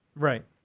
Right